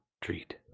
treat